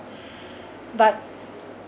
but